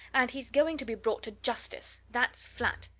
and he's going to be brought to justice that's flat!